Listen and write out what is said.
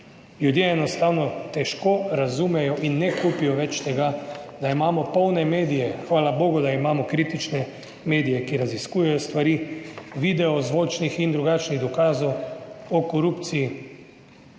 Ljudje enostavno težko razumejo in ne kupijo več tega, da imamo polne medije, hvala bogu, da imamo kritične medije, ki raziskujejo stvari, video, zvočnih in drugačnih dokazov o korupciji,